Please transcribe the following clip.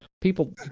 people